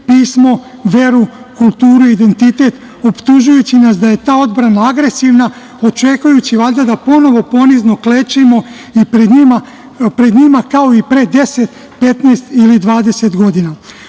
pismo, veru, kulturu, identitet, optužujući nas da je ta odbrana agresivna, očekujući valjda da ponovno ponizno klečimo i pred njima, kao i pre 10, 15 ili 20 godina. Koliko